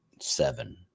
seven